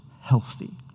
healthy